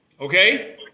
okay